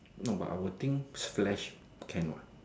no but I will think Flash can what